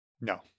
No